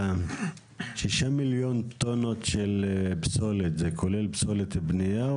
10. השישה מיליון טון פסולת כולל פסולת בנייה?